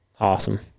awesome